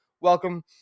Welcome